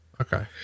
Okay